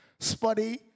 Spuddy